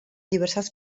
diversas